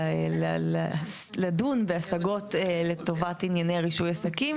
לדון בהשגות לטובת ענייני רישוי עסקים.